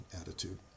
attitude